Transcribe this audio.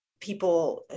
people